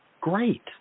great